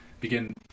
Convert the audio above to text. begin